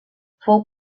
fou